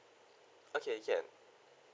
okay can